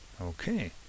Okay